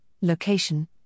Location